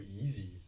easy